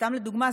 סתם לדוגמה,